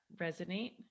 resonate